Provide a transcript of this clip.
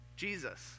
Jesus